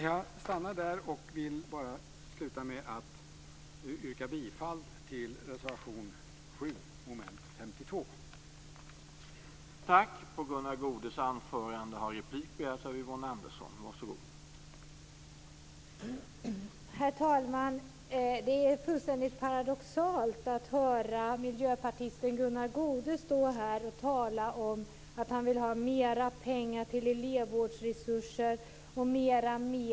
Jag stannar där och vill avslutningsvis yrka bifall till reservation 7 under mom. 52.